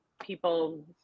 people